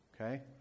okay